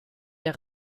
der